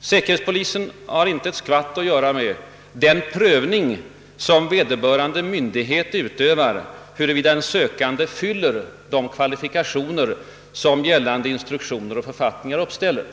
Säkerhetspolisen har inte ett skvatt att göra med den prövning som vederbörande myndighet utövar, huruvida en sökande har de kvalifikationer som gällande instruktioner och författning ar föreskriver.